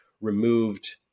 removed